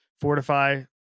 fortify